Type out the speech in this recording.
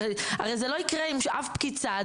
הרי זה לא יקרה עם אף פקיד סעד,